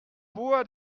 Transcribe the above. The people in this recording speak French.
bois